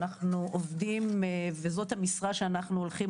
אנחנו עובדים וזאת המשרה שאנחנו הולכים